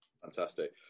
Fantastic